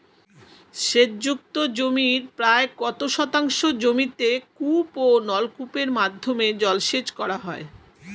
সেচ যুক্ত জমির প্রায় কত শতাংশ জমিতে কূপ ও নলকূপের মাধ্যমে জলসেচ করা হয়?